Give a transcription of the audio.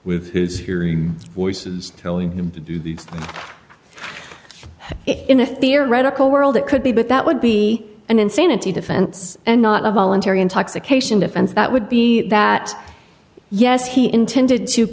with his hearing voices telling him to do these in a theoretical world it could be but that would be an insanity defense and not a voluntary intoxication defense that would be that yes he intended to